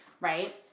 right